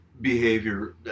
behavior